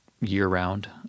year-round